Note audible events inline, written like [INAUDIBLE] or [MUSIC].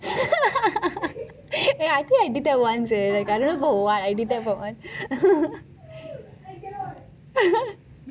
[LAUGHS] I think I did that once eh I dunno for what I did that for once [LAUGHS] [LAUGHS]